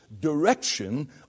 direction